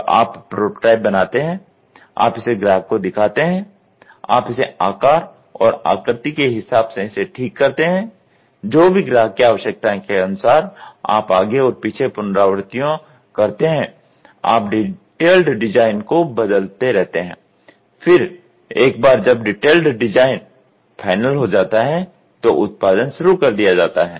तो आप प्रोटोटाइप बनाते हैं आप इसे ग्राहकों को दिखाते हैं आप इसे आकार और आकृति के हिसाब से इसे ठीक करते हैं जो भी ग्राहक की आवश्यकता के अनुसार आप आगे और पीछे पुनरावृत्तियों करते हैं आप डिटेल्ड डिज़ाइन को बदलते रहते हैं फिर एक बार जब डिटेल्ड डिज़ाइन फाइनल हो जाता है तो उत्पादन शुरू कर दिया जाता है